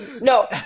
No